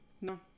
No